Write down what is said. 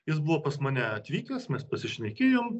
jis buvo pas mane atvykęs mes pasišnekėjom